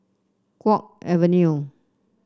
Guok Avenue